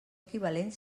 equivalent